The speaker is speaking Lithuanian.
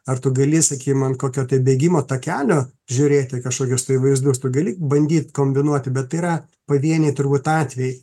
ar tu gali sakykim ant kokio tai bėgimo takelio žiūrėti kažkokius vaizdus tu gali bandyt kombinuoti bet tai yra pavieniai turbūt atvejai